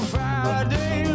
Friday